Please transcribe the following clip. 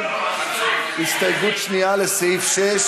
אנחנו עוברים להסתייגות שנייה לסעיף 6,